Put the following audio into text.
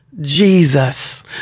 Jesus